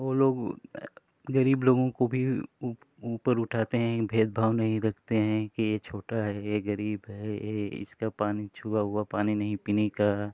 वो लोग गरीब लोगों को भी उप ऊपर उठाते हैं भेद भाव नहीं रखते हैं कि ये छोटा है गरीब है ये इसका पानी छुआ हुआ पानी नहीं पीने का